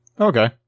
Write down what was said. Okay